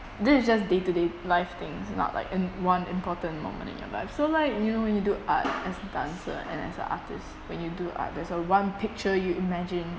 this is just day to day life thing it's not like in one important moment in your life so like you know when you do art as a dancer and as a artist when you do art there's a one picture you imagine